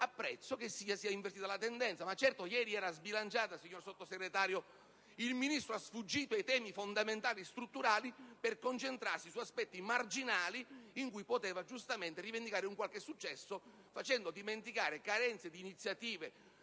apprezzo che si sia invertita la tendenza ma certo ieri era sbilanciata, signor Sottosegretario. Il Ministro ha sfuggito però i temi strutturali e fondamentali per concentrarsi su temi marginali sui quali poteva rivendicare qualche successo, facendo dimenticare carenze di iniziative